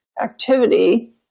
activity